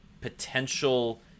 potential